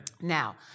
Now